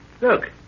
look